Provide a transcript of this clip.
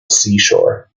seashore